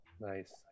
Nice